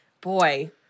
boy